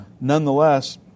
Nonetheless